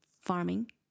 farming